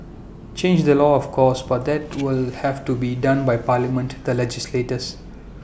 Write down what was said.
change the law of course but that will have to be done by parliament the legislators